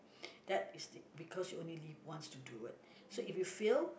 that is di~ because you only live once to do it so if you fail